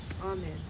Amen